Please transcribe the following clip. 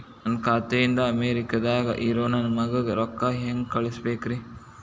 ನನ್ನ ಖಾತೆ ಇಂದ ಅಮೇರಿಕಾದಾಗ್ ಇರೋ ನನ್ನ ಮಗಗ ರೊಕ್ಕ ಹೆಂಗ್ ಕಳಸಬೇಕ್ರಿ?